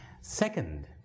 Second